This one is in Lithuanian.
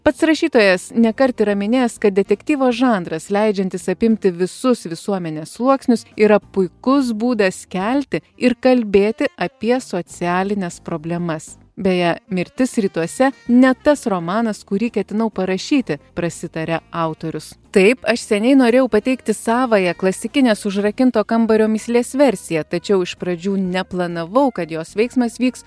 pats rašytojas nekart yra minėjęs kad detektyvo žanras leidžiantis apimti visus visuomenės sluoksnius yra puikus būdas kelti ir kalbėti apie socialines problemas beje mirtis rytuose ne tas romanas kurį ketinau parašyti prasitaria autorius taip aš seniai norėjau pateikti savąją klasikinės užrakinto kambario mįslės versiją tačiau iš pradžių neplanavau kad jos veiksmas vyks